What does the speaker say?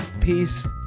Peace